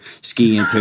skiing